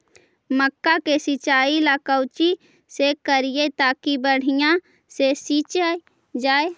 मक्का के सिंचाई ला कोची से करिए ताकी बढ़िया से सींच जाय?